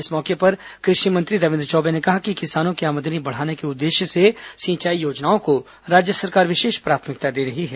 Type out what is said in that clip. इस मौके पर कृषि मंत्री रविन्द्र चौबे ने कहा कि किसानों की आमदनी बढ़ाने के उद्देश्य से सिंचाई योजनाओं को राज्य सरकार विशेष प्राथमिकता दे रही है